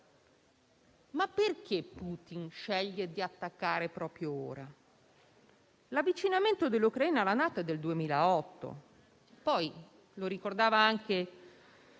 Perché Putin sceglie di attaccare proprio ora? L'avvicinamento dell'Ucraina alla NATO è del 2008. Poi, come ricordava anche